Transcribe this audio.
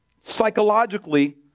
psychologically